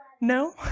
No